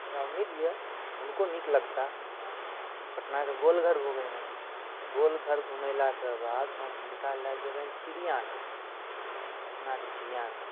हमरा उम्मीद अइ हुनको नीक लगतै पटनाके गोलघर घुमैमे गोलघर घुमेलाके बाद हम हिनका लऽ जेबनि चिड़िआघर पटनाके चिड़िआघर